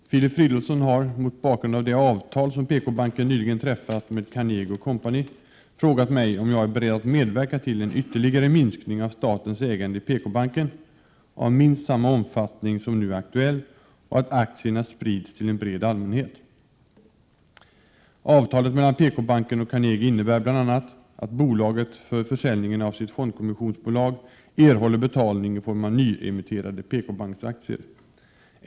Herr talman! Filip Fridolfsson har, mot bakgrund av det avtal som PKbanken nyligen träffat med D. Carnegie & Co AB, frågat mig och jag är beredd att medverka till en ytterligare minskning av statens ägande i PKbanken, av minst samma omfattning som nu är aktuell, och att aktierna sprids till en bred allmänhet. Avtalet mellan PKbanken och Carnegie innebär bl.a. att bolaget för försäljningen av sitt fondkommissionsbolag erhåller betalning i form av nyemitterade PK-banksaktier.